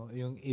yung